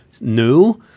no